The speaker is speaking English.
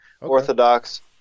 orthodox